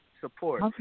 support